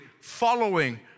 following